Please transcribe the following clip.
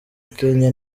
kenya